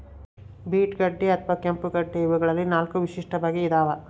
beet ಗಡ್ಡೆ ಅಥವಾ ಕೆಂಪುಗಡ್ಡೆ ಇವಗಳಲ್ಲಿ ನಾಲ್ಕು ವಿಶಿಷ್ಟ ಬಗೆ ಇದಾವ